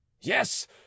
Yes